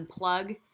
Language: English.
unplug